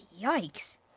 yikes